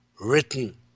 written